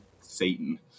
Satan